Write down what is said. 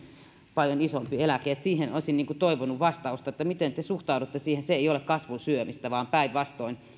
paljon isompi eläke siihen olisin toivonut vastausta miten te suhtaudutte siihen se ei ole kasvun syömistä vaan päinvastoin